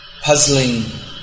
puzzling